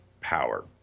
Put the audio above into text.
power